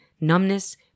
numbness